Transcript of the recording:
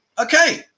okay